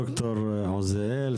ד"ר עוזיאל,